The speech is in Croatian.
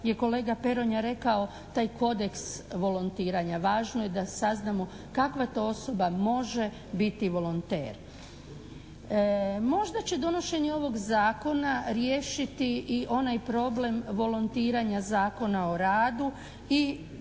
je kolega Peronja rekao taj kodeks volontiranja, važno je da saznamo kakva to osoba može biti volonter. Možda će donošenje ovog zakona riješiti i onaj problem volontiranja Zakona o radu i